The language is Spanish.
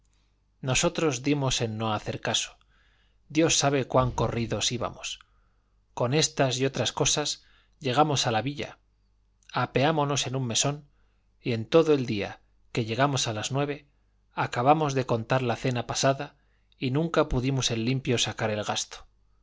nosotros dimos en no hacer caso dios sabe cuán corridos íbamos con estas y otras cosas llegamos a la villa apeámonos en un mesón y en todo el día que llegamos a las nueve acabamos de contar la cena pasada y nunca pudimos en limpio sacar el gasto